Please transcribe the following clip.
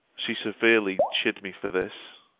she severely chid me for this.